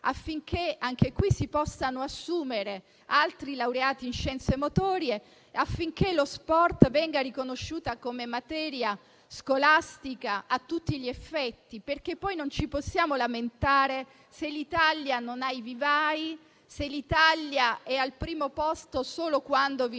affinché si possano assumere altri laureati in scienze motorie e affinché lo sport venga riconosciuto come materia scolastica a tutti gli effetti. Non possiamo lamentarci se l'Italia non ha i vivai ed è al primo posto solo quando vince